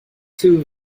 two